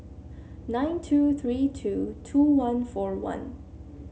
nine two three two two one four one